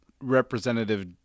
representative